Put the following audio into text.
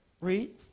Read